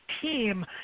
team